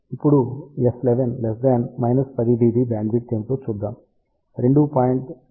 ఇప్పుడు S11 10 dB bandwidth ఏమిటో చూద్దాం 2